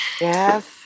yes